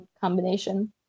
combination